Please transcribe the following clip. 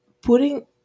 putting